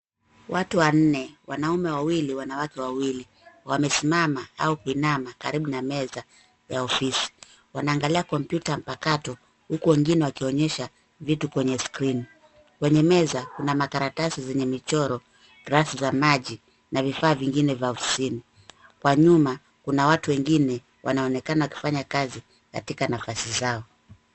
Watu wanne, wanaume wawili wanawake wawili; wamesimama au kuinama karibu na meza ya ofisi. Wanaangalia kompyuta mpakato huku wengine wakionyesha vitu kwenye skrini. Kwenye meza kuna makaratasi zenye michoro, rafu za maji na vifaa vingine vya ofisini. Kwa nyuma kuna watu wengine wanaonekana wakifanya kazi katika nafasi zao.